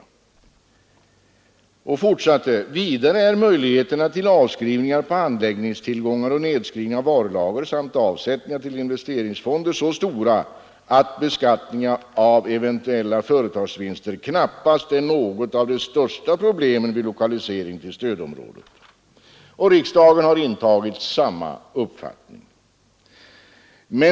Utredningen fortsatte på följande sätt: Vidare är möjligheterna till avskrivningar på anläggningstillgångar och nedskrivning av varulager samt avsättningar till investeringsfonder så stora, att beskattningen av eventuella företagsvinster knappast är något av de största problemen vid lokalisering till stödområde. Riksdagen har intagit samma ståndpunkt.